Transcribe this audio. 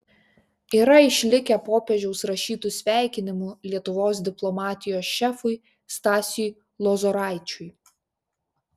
yra išlikę popiežiaus rašytų sveikinimų lietuvos diplomatijos šefui stasiui lozoraičiui